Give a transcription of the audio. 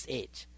age